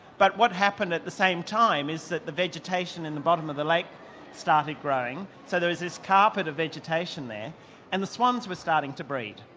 but what happened at the same time is that the vegetation in the bottom of the lake started growing, so there was this carpet of vegetation there and the swans were starting to breed.